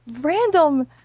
random